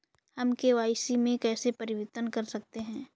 हम के.वाई.सी में कैसे परिवर्तन कर सकते हैं?